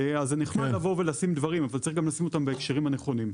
אז צריך לשים דברים בהקשרים הנכונים.